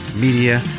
Media